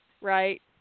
Right